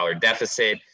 deficit